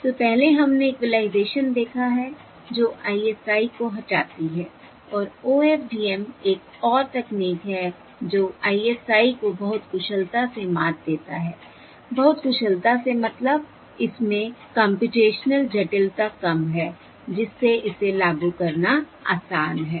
तो पहले हमने इक्वलाइज़ेशन देखा है जो ISI को हटाती है और OFDM एक और तकनीक है जो ISI को बहुत कुशलता से मात देता है बहुत कुशलता से मतलबI इसमें कम्प्यूटेशनल जटिलता कम है जिससे इसे लागू करना आसान है